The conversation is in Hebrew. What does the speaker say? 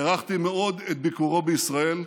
הערכתי מאוד את ביקורו בישראל,